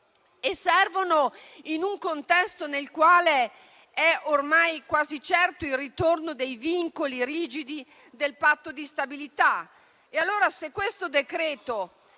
in un contesto nel quale è ormai quasi certo il ritorno dei vincoli rigidi del Patto di stabilità. Se questo decreto-legge